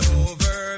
over